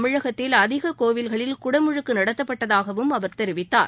தமிழகத்தில் அதிககோவில்களில் குடமுழுக்குநடத்தப்பட்டதாகவும் அவர் தெரிவித்தார்